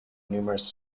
numerous